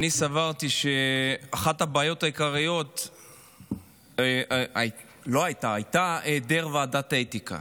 אני סברתי שאחת הבעיות העיקריות הייתה היעדר ועדת אתיקה.